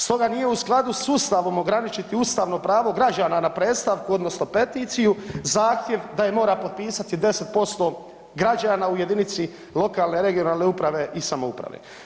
Stoga nije u skladu sa Ustavom ograničiti ustavno pravo građana na predstavku, odnosno peticiju, zahtjev da je mora potpisati 10% građana u jedinici lokalne, regionalne uprave i samouprave.